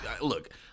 Look